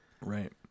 Right